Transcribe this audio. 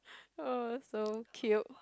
oh so cute